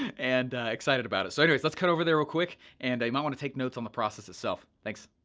and excited about it, so anyways, let's cut over there real quick and you might wanna take notes on the process itself. thanks.